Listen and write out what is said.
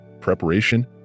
preparation